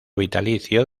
vitalicio